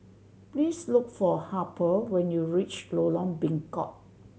please look for Harper when you reach Lorong Bengkok